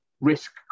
risk